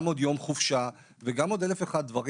עוד יום חופשה וגם עוד 1,001 דברים,